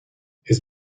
his